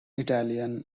italian